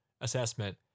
assessment